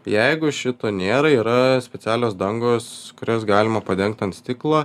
jeigu šito nėra yra specialios dangos kurias galima padengti ant stiklo